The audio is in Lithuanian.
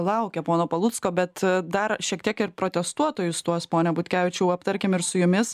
laukia pono palucko bet dar šiek tiek ir protestuotojus tuos pone butkevičiau aptarkim ir su jumis